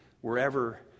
wherever